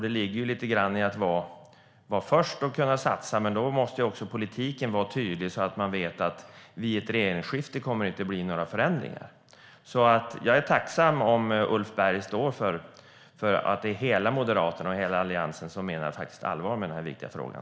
Det ligger lite grann i att vara först och kunna satsa, men då måste också politiken vara tydlig så att man vet att det inte kommer att bli några förändringar vid ett regeringsskifte. Jag är tacksam om Ulf Berg står för att det är hela Moderaterna och hela Alliansen som menar allvar med den här viktiga frågan.